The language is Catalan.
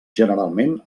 generalment